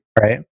right